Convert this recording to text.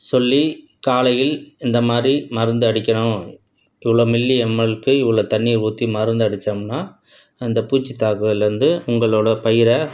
சொல்லி காலையில் இந்தமாதிரி மருந்தடிக்கணும் இவ்வளவு மில்லி எம்எல்க்கு இவ்வளோ தண்ணி ஊத்தி மருந்து அடிச்சோம்னா அந்தப் பூச்சி தாக்குதல்லேருந்து உங்களோடயப் பயிரை